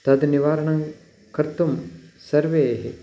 तद् निवारणं कर्तुं सर्वेः